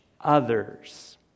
others